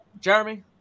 Jeremy